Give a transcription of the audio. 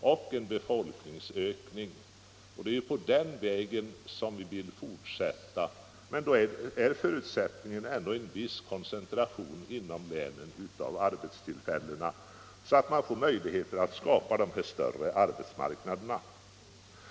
och en befolkningsökning. Det är på den vägen vi vill fortsätta. Men förutsättningen är då en viss koncentration av arbetstillfällena inom länen, så att man får möjligheter att skapa större arbetsmarknader.